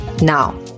Now